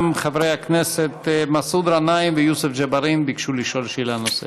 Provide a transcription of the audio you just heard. גם חברי הכנסת מסעוד גנאים ויוסף ג'בארין ביקשו לשאול שאלה נוספת.